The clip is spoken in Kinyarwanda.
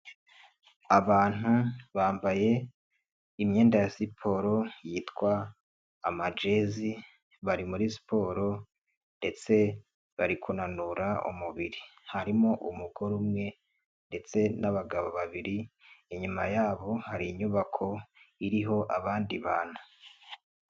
Abantu bambaye imyenda ya siporo yitwa amajezi bari muri siporo ndetse bari kunanura umubiri harimo umugore umwe ndetse n'abagabo babiri, inyuma yabo hari inyubako iriho abandi bantu.